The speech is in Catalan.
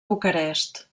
bucarest